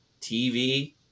TV